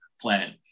plan